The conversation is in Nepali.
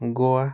गोवा